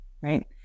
right